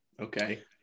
Okay